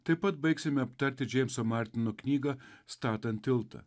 taip pat baigsime aptarti džeimso martino knygą statant tiltą